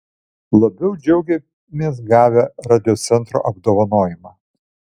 labiau džiaugėmės gavę radiocentro apdovanojimą